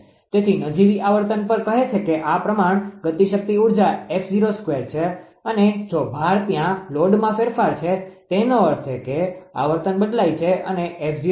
તેથી નજીવી આવર્તન પર કહે છે કે આ પ્રમાણ ગતિશક્તિ ઉર્જાછે અને જો ભાર ત્યાં લોડમાં ફેરફાર છે તેનો અર્થ એ કે આવર્તન બદલાઈ અને હતી